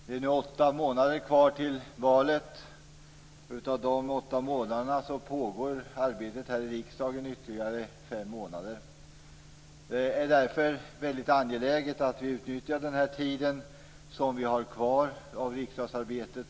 Fru talman! Det är nu åtta månader kvar till valet. Under fem av de åtta månaderna pågår arbetet här i riksdagen. Det är därför angeläget att vi utnyttjar den tid för riksdagsarbetet som vi har kvar före valet.